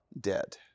dead